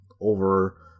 over